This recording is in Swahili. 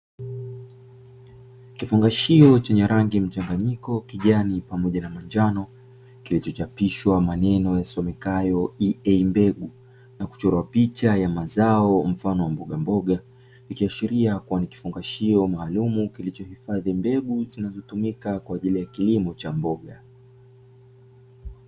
Kifungashio chenye rangi mchanganyiko kijani pamoja na manjano kilichochapishwa maneno yasomekayo “EA mbegu” na kuchorwa picha ya mazao mfano wa mbogamboga, ikiashiria kuwa ni kifungashio maalumu kilichohifadhi mbegu zinazotumika kwa ajili ya kilimo cha mboga.